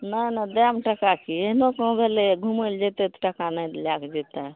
नहि नहि देबय टाका की एहनो कहौ भेलय की घुमय लए जेतय तऽ टाका नहि लए कऽ जेतय